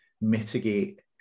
mitigate